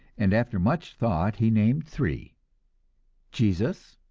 and after much thought he named three jesus,